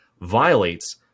violates